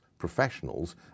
professionals